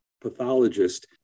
pathologist